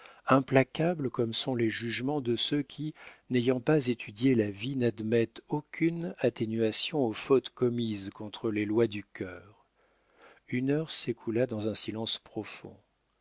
implacable comme sont les jugements de ceux qui n'ayant pas étudié la vie n'admettent aucune atténuation aux fautes commises contre les lois du cœur une heure s'écoula dans un silence profond